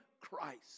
Christ